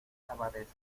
abadesa